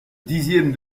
dixième